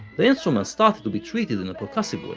the instruments started to be treated in a percussive way.